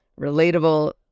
relatable